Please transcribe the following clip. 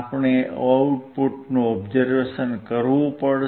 આપણે આઉટપુટનું ઓબ્ઝરવેશન કરવું પડશે